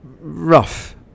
rough